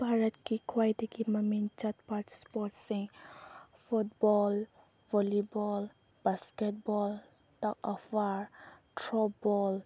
ꯚꯥꯔꯠꯀꯤ ꯈ꯭ꯋꯥꯏꯗꯒꯤ ꯃꯃꯤꯡ ꯆꯠꯄ ꯏꯁꯄꯣꯔꯠꯁꯤꯡ football volleyball basketball tug of war throwball